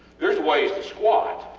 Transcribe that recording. theres ways to squat